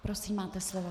Prosím, máte slovo.